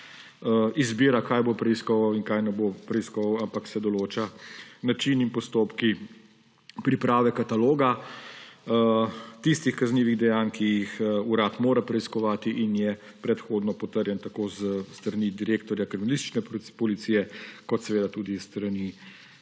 izbira, kaj bo preiskoval in česa ne bo preiskoval, ampak se določa način in postopki priprave kataloga tistih kaznivih dejanj, ki jih urad mora preiskovati in je predhodno potrjen tako s strani direktorja kriminalistične policije kot seveda tudi s strani